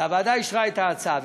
והוועדה אישרה את ההצעה.